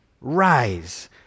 Rise